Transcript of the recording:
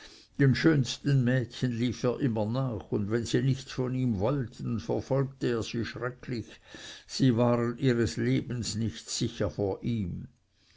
den schönsten mädchen lief er immer nach und wenn sie nichts von ihm wollten verfolgte er sie schrecklich sie waren ihres lebens nicht sicher vor ihm